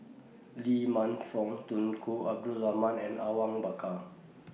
Lee Man Fong Tunku Abdul Rahman and Awang Bakar